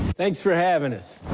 thanks for having us.